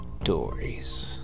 stories